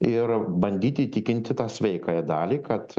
ir bandyti įtikinti tą sveikąją dalį kad